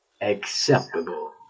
acceptable